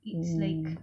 mm